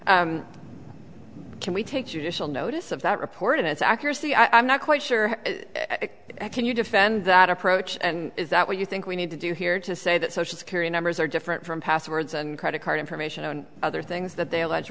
theft can we take judicial notice of that report in its accuracy i'm not quite sure how can you defend that approach and is that what you think we need to do here to say that social security numbers are different from passwords and credit card information and other things that they all